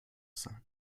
sein